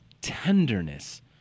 tenderness